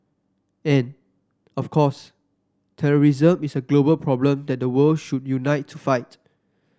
and of course terrorism is a global problem that the world should unite to fight